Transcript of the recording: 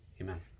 Amen